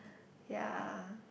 ya